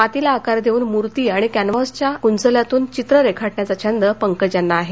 मातीला आकार देऊन मूर्ती आणि क्विहासवर कृंचल्यातून चित्र रेखाटण्याचा छंद पंकज यांना आहे